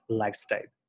lifestyle